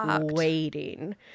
waiting